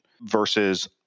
versus